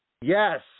Yes